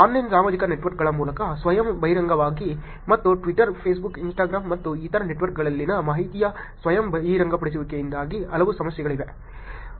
online ಸಾಮಾಜಿಕ ನೆಟ್ವರ್ಕ್ಗಳ ಮೂಲಕ ಸ್ವಯಂ ಬಹಿರಂಗವಾಗಿ ಮತ್ತು ಟ್ವಿಟರ್ ಫೇಸ್ಬುಕ್ ಇನ್ಸ್ಟಾಗ್ರಾಮ್ ಮತ್ತು ಇತರ ನೆಟ್ವರ್ಕ್ಗಳಲ್ಲಿನ ಮಾಹಿತಿಯ ಸ್ವಯಂ ಬಹಿರಂಗಪಡಿಸುವಿಕೆಯಿಂದಾಗಿ ಹಲವು ಸಮಸ್ಯೆಗಳಿವೆ